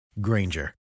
Granger